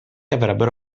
avrebbero